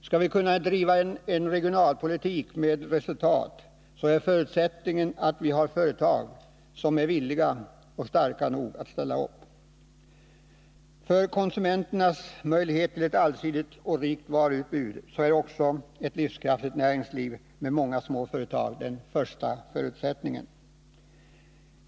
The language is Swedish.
En förutsättning för att driva regionalpolitik med bra resultat är att vi har företag som är starka nog och villiga att ställa upp. För konsumenternas möjligheter till ett allsidigt och rikt varuutbud är också ett livskraftigt näringsliv med många små företag den första förutsättningen.